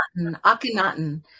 Akhenaten